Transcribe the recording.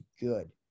good